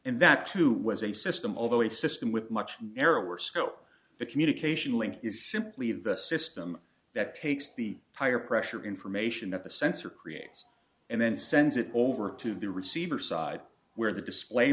and that too was a system of a system with much narrower scope the communication link is simply the system that takes the tire pressure information that the sensor creates and then sends it over to the receiver side where the display